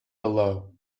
below